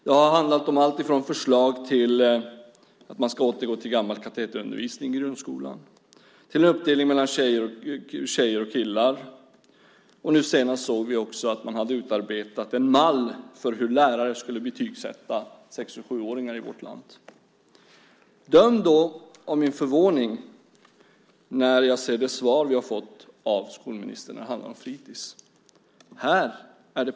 Det har handlat om alltifrån förslag om att man ska återgå till gammaldags katederundervisning i grundskolan till uppdelning mellan tjejer och killar. Nu senast har man utarbetat en mall för hur lärare ska betygssätta 6 och 7-åringar i vårt land. Döm då om min förvåning när jag ser det svar vi har fått av skolministern när det handlar om fritids.